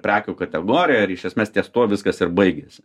prekių kategoriją ir iš esmės ties tuo viskas ir baigiasi